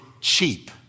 cheap